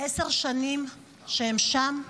שעשר שנים שהם שם?